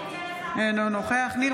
אינו נוכח ניר